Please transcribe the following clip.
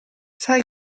sai